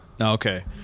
Okay